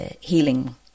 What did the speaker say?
healing